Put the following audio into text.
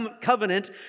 covenant